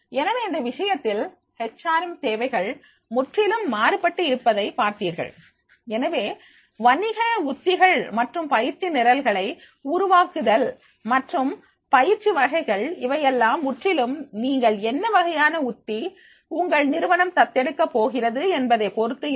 எனவே இந்த விஷயத்தில் ஹச் ஆர் எம் தேவைகள் முற்றிலும் மாறுபட்டு இருப்பதை பார்த்தீர்கள் எனவே வணிக உத்திகள் மற்றும் பயிற்சி நிரல்களை உருவாக்குதல் மற்றும் பயிற்சி வகைகள் இவையெல்லாம் முற்றிலும் நீங்கள் என்ன வகையான உத்தி உங்கள் நிறுவனம் தத்தெடுக்க போகிறது என்பதைப் பொருத்து இருக்கும்